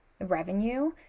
revenue